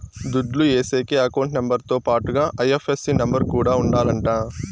దుడ్లు ఏసేకి account number తో పాటుగా ఐ.ఎఫ్.ఎస్.సి నెంబర్ కూడా ఉండాలంట